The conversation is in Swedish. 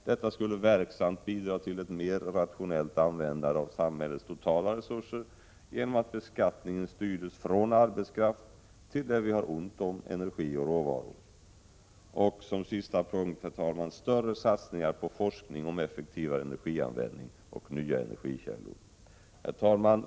Detta skulle verksamt bidra till ett mer rationellt användande av samhällets totala resurser genom att beskattningen styrdes från arbetskraft, till det vi har ont om — energi och råvaror. Större satsningar på forskning om effektivare energianvändning och nya energikällor. Herr talman!